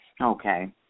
Okay